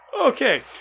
Okay